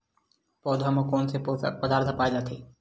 पौधा मा कोन से पोषक पदार्थ पाए जाथे?